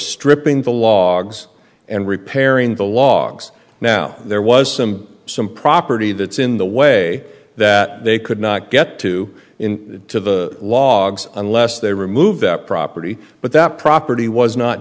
stripping the logs and repairing the logs now there was some property that's in the way that they could not get to in to the logs unless they remove that property but that property was not